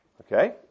Okay